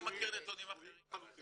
אלה נתונים שגויים לחלוטין.